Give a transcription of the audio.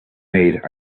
made